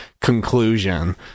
conclusion